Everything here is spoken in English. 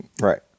Right